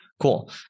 Cool